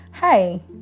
hey